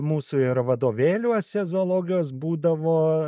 mūsų ir vadovėliuose zoologijos būdavo